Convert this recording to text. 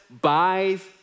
buys